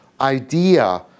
idea